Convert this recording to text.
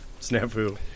Snafu